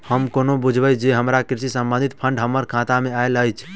हम कोना बुझबै जे हमरा कृषि संबंधित फंड हम्मर खाता मे आइल अछि?